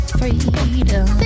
freedom